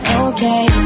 okay